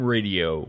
Radio